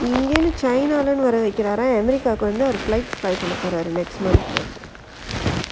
இங்கிருந்து:ingirunthu china வர வைக்கிறாராம்:vara vaikiraaraam america வந்து:vanthu um பண்ண போறாரு:panna poraaru